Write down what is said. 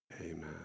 amen